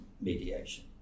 mediation